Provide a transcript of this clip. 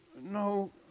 No